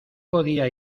podía